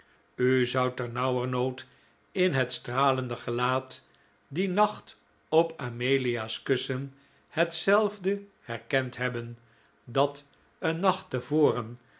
u zou ternauwernood in het stralende gelaat dien nacht op amelia's kussen hetzelfde herkend hebben dat een nacht te voren